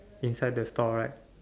inside the store right